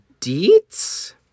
DEETS